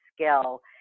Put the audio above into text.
skill